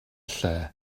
lle